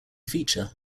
feature